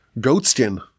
goatskin